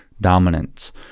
dominance